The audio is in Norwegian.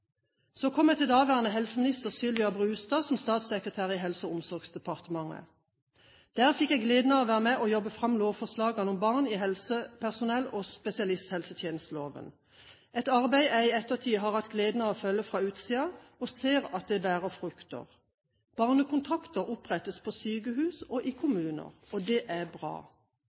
Så kom jeg til daværende helseminister Sylvia Brustad, som statssekretær i Helse- og omsorgsdepartementet. Der fikk jeg gleden av å være med på å jobbe fram lovforslagene om barn i helsepersonelloven og spesialisthelsetjenesteloven – et arbeid jeg i ettertid har hatt gleden av å følge fra utsiden, og som jeg ser bærer frukter. Barnekontakter opprettes på sykehus og i kommuner, og det er bra!